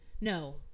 No